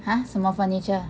!huh! 什么 furniture